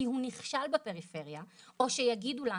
כי הוא נכשל בפריפריה או שיגידו לנו